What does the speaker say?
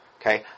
Okay